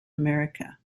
america